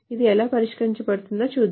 ఇది ఎలా పరిష్కరించ బడుతుందో చూద్దాం